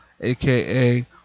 aka